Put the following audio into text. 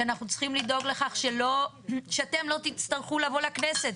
אנחנו צריכים לדאוג לכך שאתם לא תצטרכו לבוא לכנסת,